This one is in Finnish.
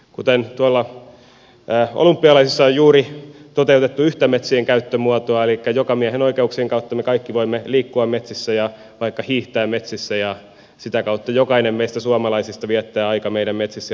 kuten tuolla olympialaisissa on juuri toteutettu yhtä metsien käyttömuotoa jokamiehenoikeuksien kautta me kaikki voimme liikkua metsissä ja vaikka hiihtää metsissä ja sitä kautta jokainen meistä suomalaisista viettää aikaa meidän metsissä